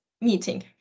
meeting